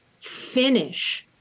finish